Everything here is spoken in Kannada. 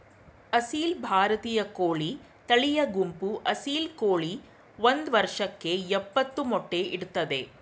ಅಸೀಲ್ ಭಾರತೀಯ ಕೋಳಿ ತಳಿಯ ಗುಂಪು ಅಸೀಲ್ ಕೋಳಿ ಒಂದ್ ವರ್ಷಕ್ಕೆ ಯಪ್ಪತ್ತು ಮೊಟ್ಟೆ ಇಡ್ತದೆ